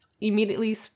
...immediately